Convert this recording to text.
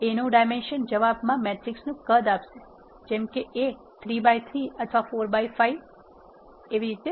A નુ dimension જવાબ મા મેટ્રિક્સનું કદ આપશે જેમ કે A 3 by 3 અથવા 4 by 5 અને વગેરે